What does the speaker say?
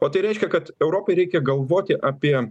o tai reiškia kad europai reikia galvoti apie